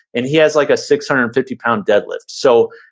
and he has like a six hundred and fifty pound deadlift. so,